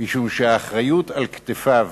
משום שהאחריות על כתפיו